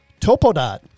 Topodot